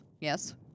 Yes